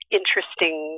interesting